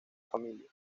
familia